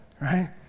right